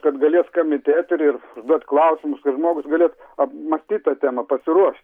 kad galės skambint į eterį ir užduot klausimus kad žmogus galė apmąstyt tą temą pasiruoš